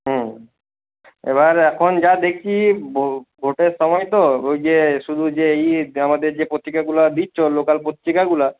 হুম এবার এখন যা দেখি ভোটের সময় তো ওই যে শুধু যে ইয়ে আমাদের যে পত্রিকাগুলো দিচ্ছ লোকাল পত্রিকাগুলো